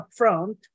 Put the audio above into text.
upfront